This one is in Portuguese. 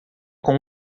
com